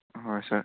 হয় ছাৰ